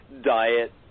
diet